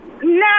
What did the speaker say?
No